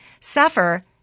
suffer